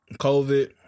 COVID